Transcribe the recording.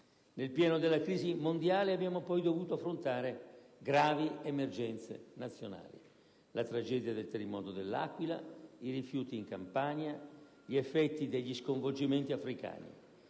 Nel pieno della crisi mondiale abbiamo poi dovuto affrontare gravi emergenze nazionali: la tragedia del terremoto dell'Aquila, i rifiuti in Campania, gli effetti degli sconvolgimenti africani.